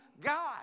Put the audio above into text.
God